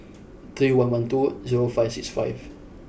three one one two zero five six five